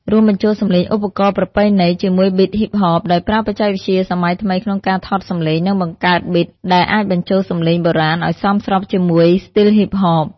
រួមបញ្ចូលសម្លេងឧបករណ៍ប្រពៃណី ជាមួយប៊ីតហ៊ីបហប ដោយប្រើបច្ចេកវិទ្យាសម័យថ្មីក្នុងការថតសម្លេង និងបង្កើតប៊ីត ដែលអាចបញ្ចូលសម្លេងបុរាណឲ្យសមស្របជាមួយ ស្ទីលហ៊ីបហប។